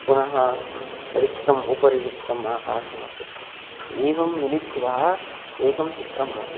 पुनः रिक्तम् उपरि रिक्तम् आकाशम् आसीत् एवं मिलित्वा एकं चित्रम् आसीत्